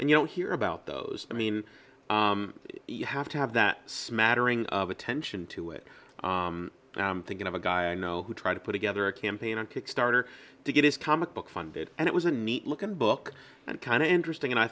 and you don't hear about those i mean you have to have that smattering of attention to it and i'm thinking of a guy i know who tried to put together a campaign on to starter to get his comic book funded and it was a neat looking book and kind of interesting and i